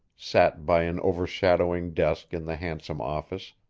sat by an over-shadowing desk in the handsome office,